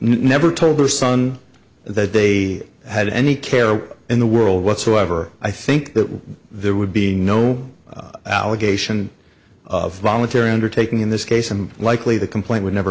never told her son that they had any care in the world whatsoever i think that there would be no allegation of voluntary undertaking in this case and likely the complaint would never